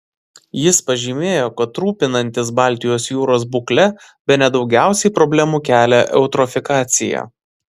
jis pažymėjo kad rūpinantis baltijos jūros būkle bene daugiausiai problemų kelia eutrofikacija